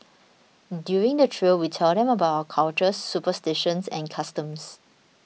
during the trail we'll tell them about our cultures superstitions and customs